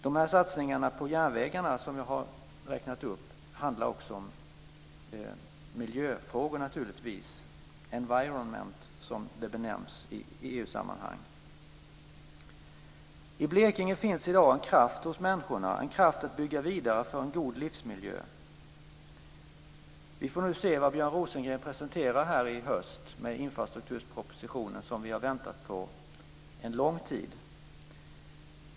De satsningar på järnvägarna som jag har räknat upp handlar naturligtvis också om miljöfrågor - environment, som det benämns i EU sammanhang. I Blekinge finns i dag en kraft hos människorna. Det är en kraft att bygga vidare på för en god livsmiljö. Vi får väl se vad Björn Rosengren presenterar här i höst med den infrastrukturproposition som vi har väntat på under lång tid.